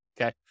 okay